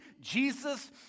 Jesus